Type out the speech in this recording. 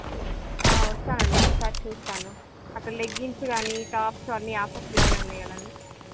వస్తాను అండి ఒకసారి చూస్తాను అక్కడ లెగిన్స్ కానీ టాప్స్ అన్నీ ఆఫర్స్లో ఉన్నాయి కదండి